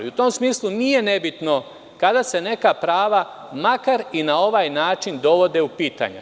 U tom smislu, nije nebitno kada se neka prava, makar i na ovaj način dovode u pitanje.